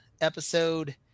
episode